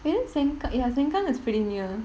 isn't sengkang ya sengkang is pretty near